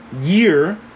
year